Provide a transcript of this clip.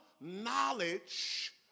knowledge